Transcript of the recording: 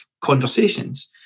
conversations